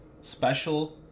special